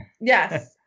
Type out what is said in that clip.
Yes